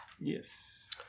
Yes